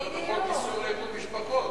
מדובר בחוק איסור לאיחוד משפחות.